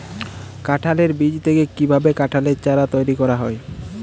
কাঁঠালের বীজ থেকে কীভাবে কাঁঠালের চারা তৈরি করা হয়?